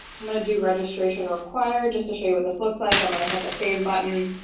i'm going to do registration required just to show you what this looks like. i'm going to hit the save button.